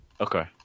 Okay